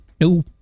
no